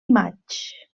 maig